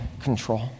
control